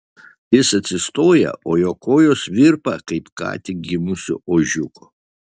jis atsistoja o jo kojos virpa kaip ką tik gimusio ožiuko